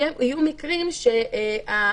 יהיו מקרים שהאכיפה,